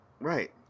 Right